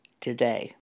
today